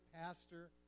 pastor